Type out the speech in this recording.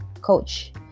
coach